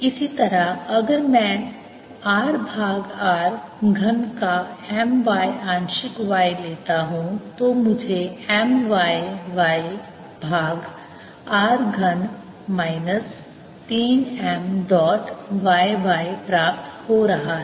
इसी तरह अगर मैं r भाग r घन का m y आंशिक y लेता हूं तो मुझे m y y भाग r घन minus 3 m dot y y प्राप्त हो रहा है